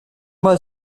mal